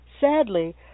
Sadly